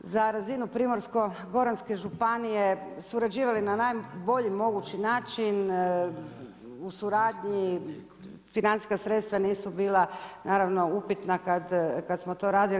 za razinu Primorsko-goranske županije, surađivali na najboljim mogući način u suradnji, financijska sredstva nisu bila naravno upitna kad smo to radili.